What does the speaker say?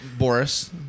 Boris